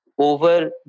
over